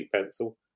pencil